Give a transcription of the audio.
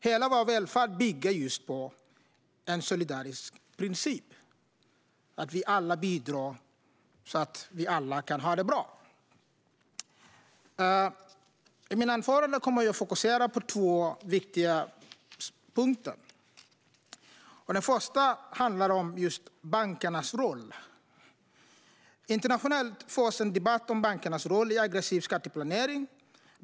Hela vår välfärd bygger på den solidariska principen att vi alla ska bidra så att vi alla kan ha det bra. I mitt anförande kommer jag att fokusera på två viktiga frågor. Den första handlar om bankernas roll. Internationellt förs en debatt om bankernas roll i aggressiv skatteplanering.